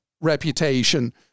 reputation